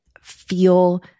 feel